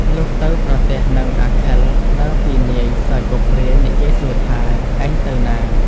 លុះទៅប្រទះនឹងអាខិលដើរពីនាយសើចពព្រាយនិយាយសួរថា“ឯងទៅណា? ”។